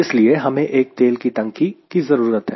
इसलिए हमें एक तेल की टंकी की जरूरत है